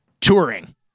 touring